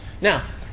Now